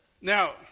Now